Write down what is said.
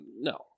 no